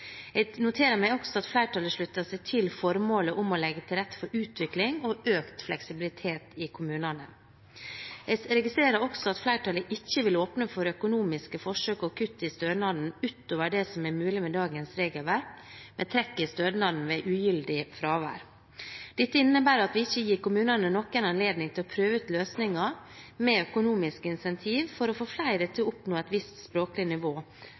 Jeg noterer meg også at flertallet slutter seg til formålet om å legge til rette for utvikling og økt fleksibilitet i kommunene. Jeg registrerer også at flertallet ikke vil åpne for økonomiske forsøk og kutt i stønaden utover det som er mulig med dagens regelverk med trekk i stønaden ved ugyldig fravær. Dette innebærer at vi ikke gir kommunene noen anledning til å prøve ut løsninger med økonomiske incentiver for å få flere til å oppnå et visst språklig nivå